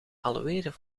alweer